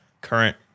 current